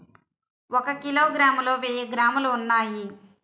ఒక కిలోగ్రామ్ లో వెయ్యి గ్రాములు ఉన్నాయి